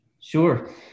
Sure